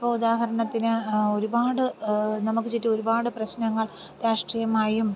ഇപ്പോൾ ഉദാഹരണത്തിന് ഒരുപാട് നമുക്ക് ചുറ്റും ഒരുപാട് പ്രശ്നങ്ങൾ രാഷ്ട്രീയമായും